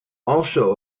also